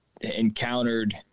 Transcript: encountered